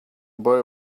boy